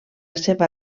seva